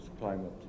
climate